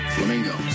Flamingo